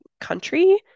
country